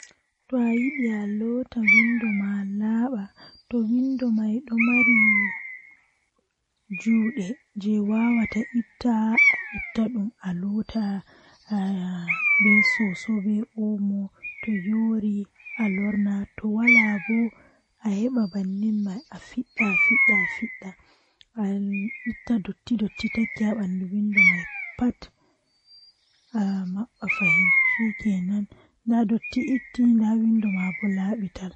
Waawugol ko ɗi njogordi ɗi heɓde tagɗungol e laawol, Sabu ɗum njikataaɗo waɗde heɓde waɗde fota ko ɗi ngoodi e aduna. Ko wadi toɓɓe woni e jammaaji ɗi ngal, Kaɗi waawataa njogordal konngol naatude aduna kaɗi ngal. Kono ɗum njogitaa heɓde heɓre e semmbugol waɗi ko a ɗum sooytaa, Kadi waɗata e waɗal njikataaɗo goɗɗum.